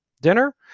Dinner